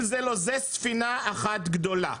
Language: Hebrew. זו ספינה אחת גדולה,